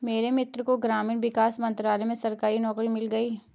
मेरे मित्र को ग्रामीण विकास मंत्रालय में सरकारी नौकरी मिल गई